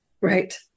Right